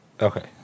Okay